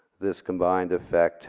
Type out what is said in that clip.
this combined effect